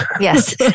Yes